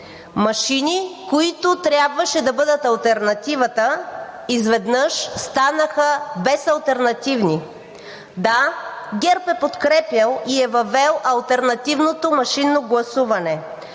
Машини, които трябваше да бъдат алтернативата, изведнъж станаха безалтернативни. Да, ГЕРБ е подкрепял и е въвел алтернативното машинно гласуване,